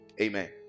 Amen